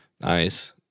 Nice